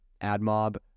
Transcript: AdMob